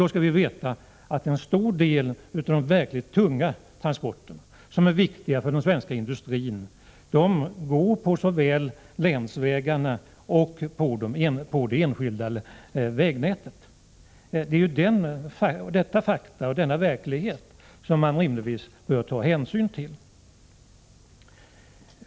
Då skall man veta att en stor del av de verkligt tunga transporterna, som är viktiga för svensk industri, går på såväl länsvägar som det enskilda vägnätet. Det är denna verklighet som man rimligtvis bör ta hänsyn till.